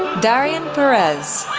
darian perez,